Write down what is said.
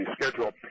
schedule